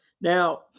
Now